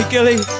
Gilly